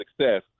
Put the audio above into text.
success